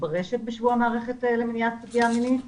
ברשת בשבוע המערכת למניעת פגיעה מינית,